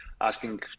asking